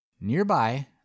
Nearby